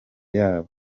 yabo